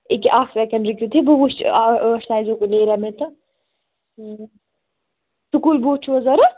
أکیاہ اَکھ سیکنٛڈ رُکِو تُہۍ بہٕ وٕچھٕ ٲٹھ سایزُک نیریا مےٚ تہٕ سٕکوٗل بوٗٹھ چھُوٕ ضوٚرَتھ